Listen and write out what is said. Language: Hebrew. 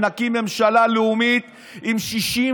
נקים ממשלה לאומית עם 61